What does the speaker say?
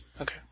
Okay